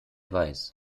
weiß